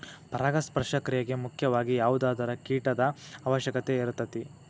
ಪರಾಗಸ್ಪರ್ಶ ಕ್ರಿಯೆಗೆ ಮುಖ್ಯವಾಗಿ ಯಾವುದಾದರು ಕೇಟದ ಅವಶ್ಯಕತೆ ಇರತತಿ